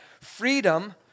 freedom